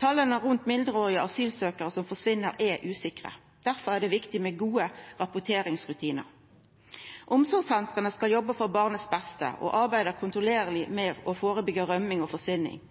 Tala rundt mindreårige asylsøkjarar som forsvinn, er usikre. Difor er det viktig med gode rapporteringsrutinar. Omsorgssentra skal jobba til det beste for barnet, og dei arbeider kontinuerleg med å førebyggja rømming og